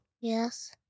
Yes